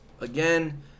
again